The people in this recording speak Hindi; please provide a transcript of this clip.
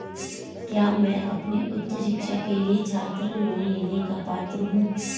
क्या मैं अपनी उच्च शिक्षा के लिए छात्र लोन लेने का पात्र हूँ?